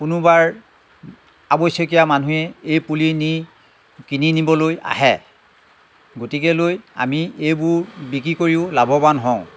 কোনোবাৰ আৱশ্যকীয় মানুহে এই পুলি নি কিনি নিবলৈ আহে গতিকেলৈ আমি এইবোৰ বিকী কৰিও লাভৱান হওঁ